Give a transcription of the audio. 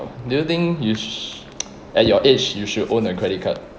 do you know think you sh~ at your age you should own a credit card